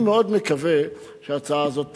אני מאוד מקווה שההצעה הזאת תעבור,